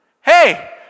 Hey